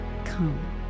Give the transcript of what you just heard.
come